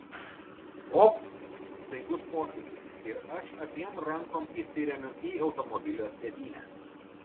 op staigus posūkis ir aš abiem rankom įsiremiu į automobilio sėdynę